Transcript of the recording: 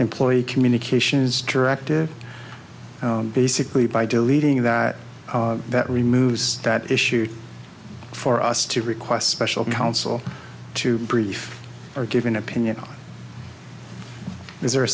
employee communications directive basically by deleting that that removes that issue for us to request special counsel to brief or give an opinion is there a